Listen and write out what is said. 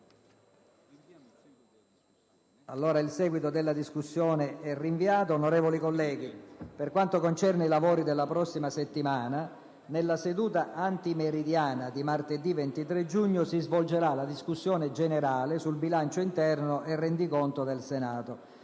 link apre una nuova finestra"). Onorevoli colleghi, per quanto concerne i lavori della prossima settimana, nella seduta antimeridiana di martedì 23 giugno si svolgerà la discussione generale sul bilancio interno e sul rendiconto del Senato.